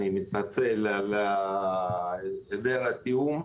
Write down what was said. אני מתנצל על היעדר בתיאום.